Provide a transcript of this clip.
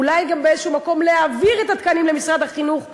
אולי גם באיזה מקום להעביר את התקנים למשרד החינוך סוף-סוף,